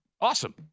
awesome